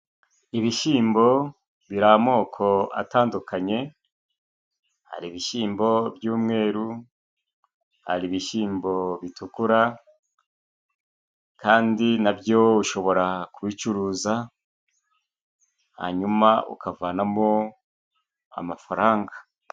Ibishyimbo biri amoko atandukanye hari ibishyimbo by'umweru, hari ibishyimbo bitukura, kandi nabyo ushobora kubicuruza hanyuma ukavanamo amafaranga.